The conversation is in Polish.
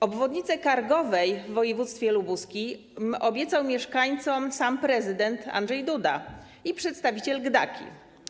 Obwodnicę Kargowej w województwie lubuskim obiecał mieszkańcom sam prezydent Andrzej Duda i przedstawiciel GDDKiA.